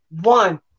one